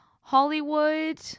Hollywood